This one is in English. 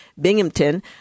Binghamton